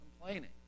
complaining